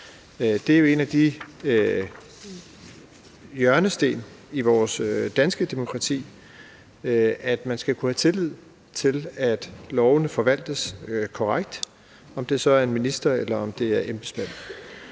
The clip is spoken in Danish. Det er jo en af hjørnestenene i vores danske demokrati, at man skal kunne have tillid til, at lovene forvaltes korrekt – om det så er af en minister eller af embedsmænd.